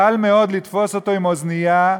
קל מאוד לתפוס אותו עם אוזנייה,